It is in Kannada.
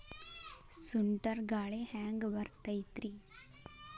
ಸುಂಟರ್ ಗಾಳಿ ಹ್ಯಾಂಗ್ ಬರ್ತೈತ್ರಿ?